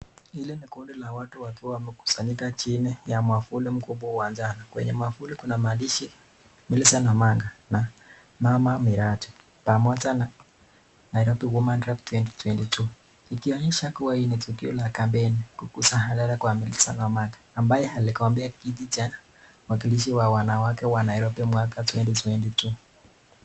Hili ni kundi la watu ambao wamekusanyika chini ya mwavuli mkubwa uwanjani. Kwenye mwavuli kuna maandishi Milisenti na Manga na Mama Miradi, pamoja na Nairobi Woman Rep 2022 . Ikionyesha kuwa hii ni tukio la kampeni kukusanya halali kwa Milisenti Manga ambaye aligombea kiti cha mwakilishi wa wanawake wa Nairobi mwaka 2022 .